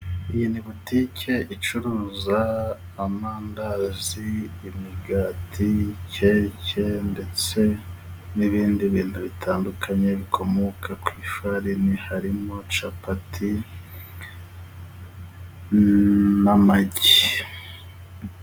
Iyi ni butike icuruza amandazi, imigati, keke ndetse n'ibindi bintu bitandukanye, bikomoka ku ifarini harimo capati n'amagi.